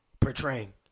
portraying